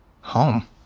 Home